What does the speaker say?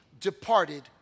departed